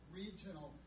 regional